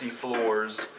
floors